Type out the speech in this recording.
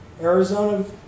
Arizona